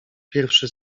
pierwszy